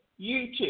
YouTube